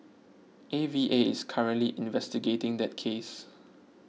A V A is currently investigating that case